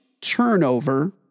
turnover